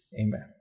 amen